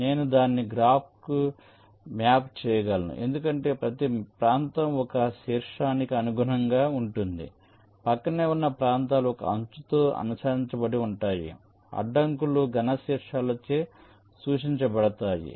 నేను దానిని గ్రాఫ్కు మ్యాప్ చేయగలను ఎందుకంటే ప్రతి ప్రాంతం ఒక శీర్షానికి అనుగుణంగా ఉంటుంది ప్రక్కనే ఉన్న ప్రాంతాలు ఒక అంచుతో అనుసంధానించబడి ఉంటాయి అడ్డంకులు ఘన శీర్షాలచే సూచించబడతాయి